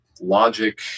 logic